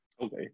Okay